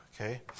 okay